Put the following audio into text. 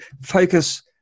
focus